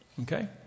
Okay